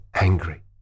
angry